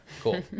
Cool